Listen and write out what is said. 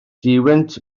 duwynt